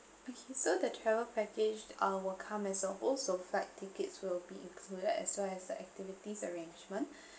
okay so the travel package uh will come as a whole so flight tickets will be included as well as the activities arrangement